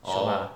shiok ah